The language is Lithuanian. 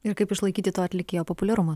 ir kaip išlaikyti to atlikėjo populiarumą